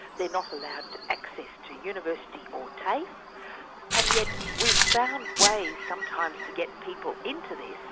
they're not allowed access to university or tafe and yet we've found ways sometimes to get people into this,